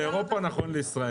תודה רבה.